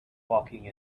walking